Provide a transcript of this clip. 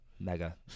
Mega